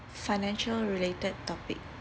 financial related topic